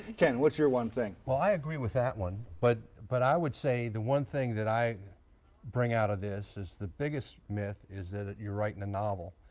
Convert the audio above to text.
ken, what's your one thing? ken well, i agree with that one, but but i would say the one thing that i bring out of this is the biggest myth is that you're writing a novel.